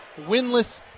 winless